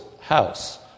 house